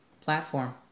platform